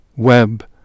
web